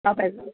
तपाईँ